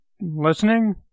listening